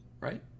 right